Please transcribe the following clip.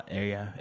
area